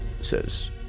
says